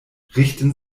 richten